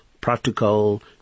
practical